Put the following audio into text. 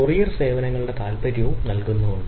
courier സേവനങ്ങളും കാര്യങ്ങളുടെ തരവും നൽകുന്നതും ഉണ്ട്